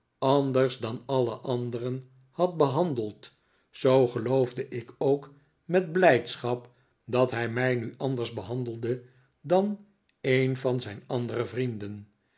anders dan alle anderen had behandeld zoo geloofde ik ook met blijdschap dat hij mij nu anders behandelde dan een van zijn andere vrienden